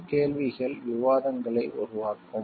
இந்தக் கேள்விகள் விவாதங்களை உருவாக்கும்